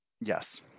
yes